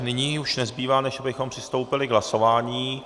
Nyní už nezbývá, než abychom přistoupili k hlasování.